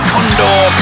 Condor